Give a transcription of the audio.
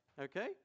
Okay